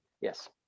Yes